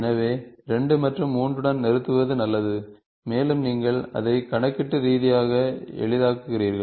எனவே 2 மற்றும் 3 உடன் நிறுத்துவது நல்லது மேலும் நீங்கள் அதை கணக்கீட்டு ரீதியாக எளிதாக்குகிறீர்கள்